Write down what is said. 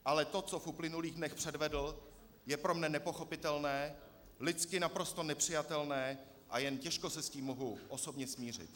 Ale to, co v uplynulých dnech předvedl, je pro mne nepochopitelné, lidsky naprosto nepřijatelné a jen těžko se s tím mohu osobně smířit.